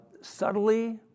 subtly